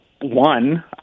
one